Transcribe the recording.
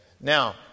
Now